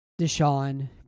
Deshaun